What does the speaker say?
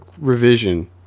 revision